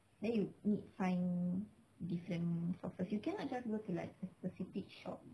then you need find different sources you cannot just go to like a specific shop